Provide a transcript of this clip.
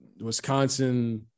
Wisconsin